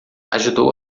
ajudou